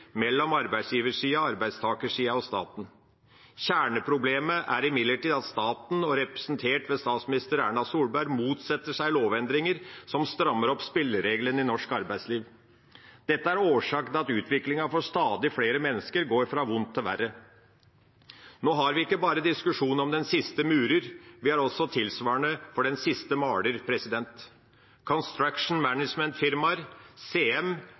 mellom arbeidsgiversiden, arbeidstakersiden og staten. Kjerneproblemet er imidlertid at staten – og representert ved statsminister Erna Solberg – motsetter seg lovendringer som strammer opp spillereglene i norsk arbeidsliv. Dette er årsaken til at utviklingen for stadig flere mennesker går fra vondt til verre. Nå har vi ikke bare diskusjonen om den siste murer, vi har også tilsvarende for den siste maler.